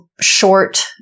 short